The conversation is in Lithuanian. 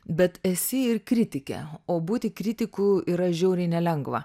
bet esi ir kritikė o būti kritiku yra žiauriai nelengva